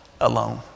alone